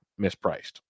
mispriced